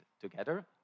together